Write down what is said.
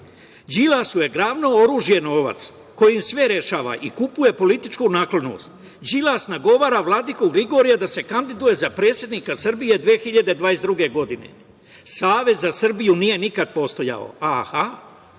Đilasu je glavno oružje novac kojim sve rešava i kupuje političku naklonost, Đilas nagovara Vladiku Gligorija da se kandiduje za predsednika Srbije 2022. godine. Savez za Srbiju nikad nije postajao, aha.